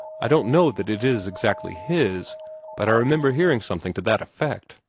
i don't know that it is exactly his but i remember hearing something to that effect.